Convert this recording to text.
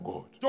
God